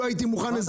אז לא הייתי מוכן.